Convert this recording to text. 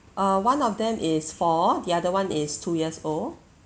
uh one of them is four the other one is two years old